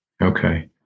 okay